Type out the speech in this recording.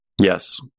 Yes